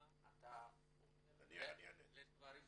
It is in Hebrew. מה אתה אומר לדברים האלה.